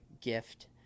gift